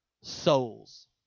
souls